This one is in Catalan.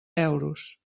euros